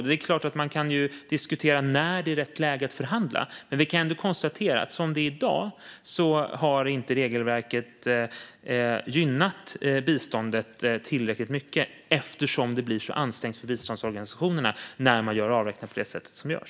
Det är klart att man kan diskutera när det är rätt läge att förhandla, men vi kan ändå konstatera att regelverket som det ser ut i dag inte har gynnat biståndet tillräckligt mycket eftersom det blir så ansträngt för biståndsorganisationerna när man gör avräkningar på det sätt som görs.